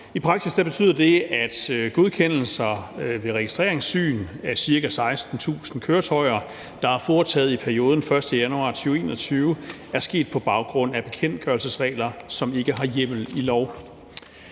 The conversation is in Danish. I praksis betyder det, at de godkendelser ved registreringssyn af ca. 16.000 køretøjer, der er foretaget i perioden siden 1. januar 2021, er sket på baggrund af bekendtgørelsesregler, som ikke har hjemmel i lov.